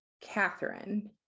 Catherine